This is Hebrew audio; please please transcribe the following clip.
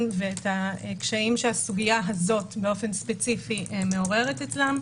ואת הקשיים שהסוגיה הזאת באופן ספציפי מעוררת אצלן.